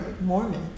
Mormon